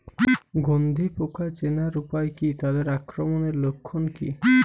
গন্ধি পোকা চেনার উপায় কী তাদের আক্রমণের লক্ষণ কী?